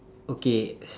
okay s~